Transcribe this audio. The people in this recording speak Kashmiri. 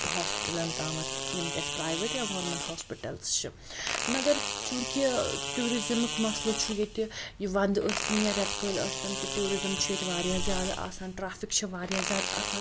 ہاسپِٹلَن تامَتھ یِم تہِ اسہِ پرٛایویٹ یا گورمیٚنٛٹ ہاسپِٹَلٕز چھِ مَگَر چونٛکہِ ٲں ٹیٛوٗرِزٕمُک مَسلہٕ چھُ ییٚتہِ یہِ وَنٛدٕ ٲسۍ تَن یا ریٚتہٕ کٲلۍ ٲسۍ تِم کہِ ٹیٛوٗرِزٕم چھُ ییٚتہِ واریاہ زیادٕ آسان ٹرٛیفِک چھُ واریاہ زیادٕ آسان